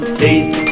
teeth